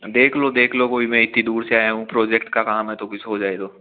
देख लो देख लो वो मैं इतनी दूर से आया हूँ प्रोजेक्ट का काम है तो कुछ हो जाएगा